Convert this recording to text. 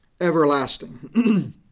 everlasting